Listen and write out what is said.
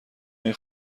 این